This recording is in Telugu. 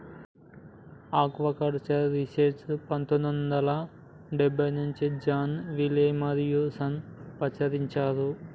ఆక్వాకల్చర్ రీసెర్చ్ పందొమ్మిది వందల డెబ్బై నుంచి జాన్ విలే మరియూ సన్స్ ప్రచురించారు